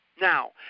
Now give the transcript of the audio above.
Now